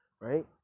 right